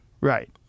right